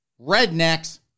Rednecks